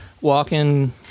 walking